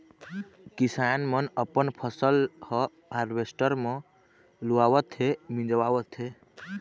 किसान मन अपन फसल ह हावरेस्टर म लुवावत हे, मिंजावत हे